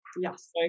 Yes